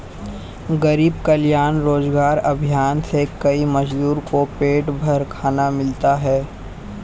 गरीब कल्याण रोजगार अभियान से कई मजदूर को पेट भर खाना मिला है